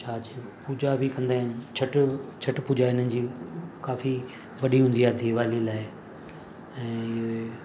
छा चइबो पुॼा बि कंदा आहिनि छठ छठ पुॼा हिनजी काफ़ी वॾी हूंदी आहे दिवाली लाइ ऐं